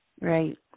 Right